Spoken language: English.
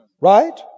Right